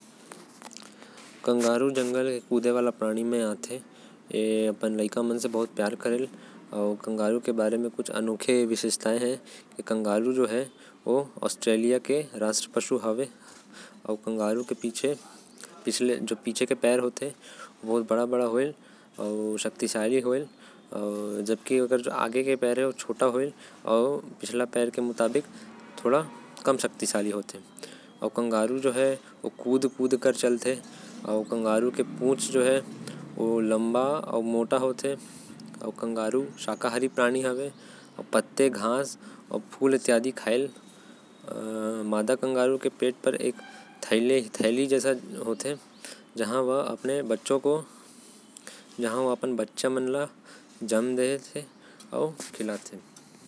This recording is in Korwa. कंगारू जंगल के कूदे वाला प्राणी हवे। जो अपन लइका मन से बहुते प्यार करथे। कंगारू के विशेषता पूछिया तो। ए हर ऑस्ट्रेलिया के राष्ट्रीय पशु है। जेकर पीछे के पैर बड़ा अउ शक्तिशाली होथे। सामने के दूनो पैर छोटकन होथे। अउ कंगारू तरक तरक के चलथे। कंगारू शाकाहारी प्राणी होथे। मादा कंगारू के पेट कती एक थैली रहेल। जेकर में ओ अपन बच्चा रखेल।